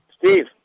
Steve